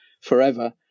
forever